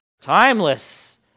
Timeless